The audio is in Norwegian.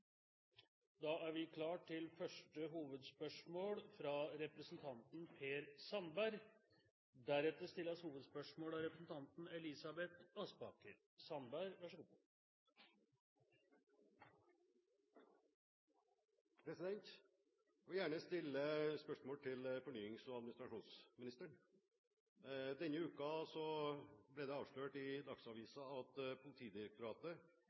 Da er vi klare til første hovedspørsmål, fra representanten Per Sandberg. Jeg vil gjerne stille et spørsmål til fornyings- og administrasjonsministeren. Denne uken ble det avslørt i Dagsavisen at Politidirektoratet